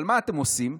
אבל מה אתם עושים?